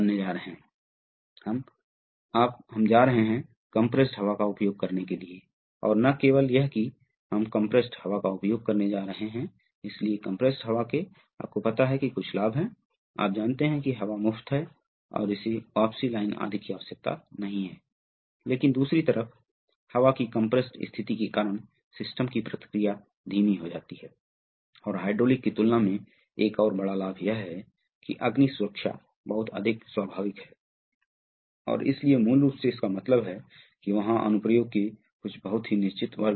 इसी तरह रैम में स्पूल की गति रैम में प्रवाह आपूर्ति दबाव और स्पूल पर निर्भर करता है इसलिए आप देखते हैं कि यह रैम में इनलेट तरल पदार्थ और आउटलेट तरल पदार्थ क्या है यदि रैम की गति x RAM है और यह सिलेंडर का क्षेत्र है तो यह द्रव है जो बाहर जा रहा है अंतर है अंत में और यह अंतर वास्तव में कारण बनता है जो बल बनाता है बल निर्मित होता है तरल पदार्थ के संपीड़न से इसलिए शुरू में थोड़ा द्रव भरा हुआ संपीड़न होता है और क्योंकि थोक मॉडुलुस इतना अधिक होता है